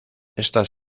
estas